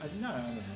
no